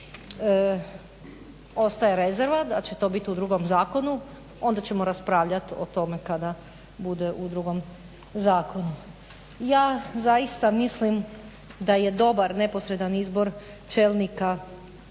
Ostaje rezerva da će to bit u drugom zakonu, onda ćemo raspravljati o tome kada bude u drugom zakonu. Ja zaista mislim da je dobar neposredan izbor čelnika,